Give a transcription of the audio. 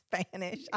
Spanish